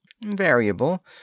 Variable